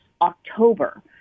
October